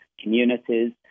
communities